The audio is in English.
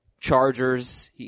Chargers